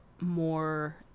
more